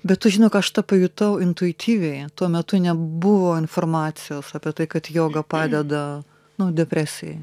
bet tu žinok aš tą pajutau intuityviai tuo metu nebuvo informacijos apie tai kad joga padeda nu depresijai